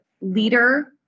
leader